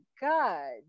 God